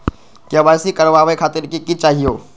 KYC करवावे खातीर कि कि चाहियो?